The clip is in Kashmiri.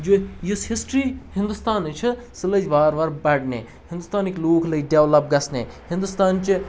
جو یُس ہِسٹرٛی ہِندوستانٕچ چھِ سُہ لٔج وار وار بَڑنہِ ہِندوستانٕکۍ لوٗکھ لٔگۍ ڈٮ۪ولَپ گژھنہِ ہِندوستانچہِ